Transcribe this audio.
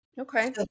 Okay